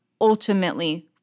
ultimately